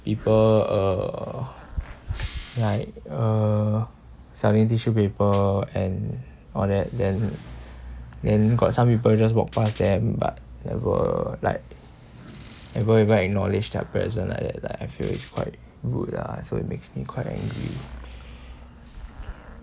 people uh like uh selling tissue paper and all that then then got some people just walk past them but never like go and buy acknowledge their presence like that I feel it's quite rude lah so it makes me quite angry